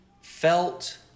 felt